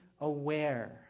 aware